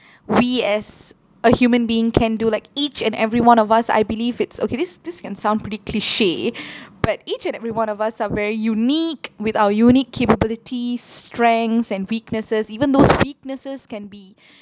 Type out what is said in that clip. we as a human being can do like each and every one of us I believe it's okay this this can sound pretty cliche but each and every one of us are very unique with our unique capability strengths and weaknesses even those weaknesses can be